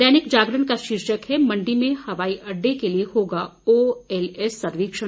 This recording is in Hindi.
दैनिक जागरण का शीर्षक है मंडी में हवाई अड्डे के लिए होगा ओएलएस सर्वेक्षण